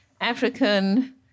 African